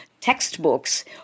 textbooks